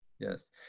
Yes